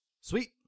Sweet